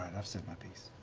i've said my piece.